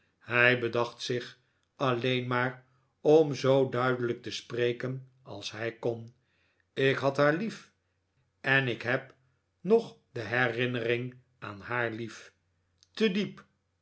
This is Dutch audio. hij bedacht zich alleen maar om zoo duidelijk te spreken als hij kon ik had haar lief en ik heb nog de herinnering aan haar lief te diep